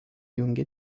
jungia